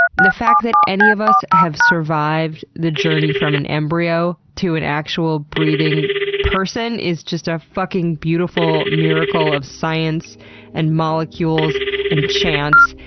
the fact that any of us have survived the journey from an embryo to an actual breathing person is just a fucking beautiful miracle of science and molecules and chance,